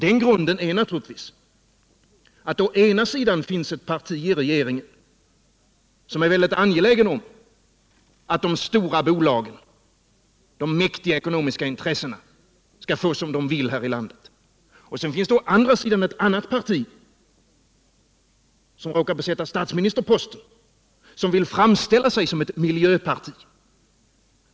Den grunden är naturligtvis att å ena sidan finns ett parti i regeringen som är mycket angeläget om att de stora bolagen, de mäktiga ekonomiska intressena, skall få som de vill här i landet, och å andra sidan finns det i regeringen ett annat parti, vilket råkar besätta statsministerposten, som vill framställa sig som ett miljöparti.